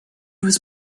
was